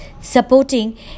supporting